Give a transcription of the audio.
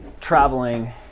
traveling